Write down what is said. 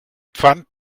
pfand